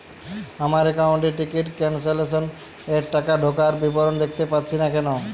আমার একাউন্ট এ ticket cancellation এর টাকা ঢোকার বিবরণ দেখতে পাচ্ছি না কেন?